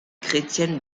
chrétienne